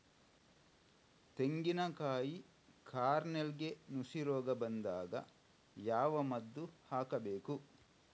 ತೆಂಗಿನ ಕಾಯಿ ಕಾರ್ನೆಲ್ಗೆ ನುಸಿ ರೋಗ ಬಂದಾಗ ಯಾವ ಮದ್ದು ಹಾಕಬೇಕು?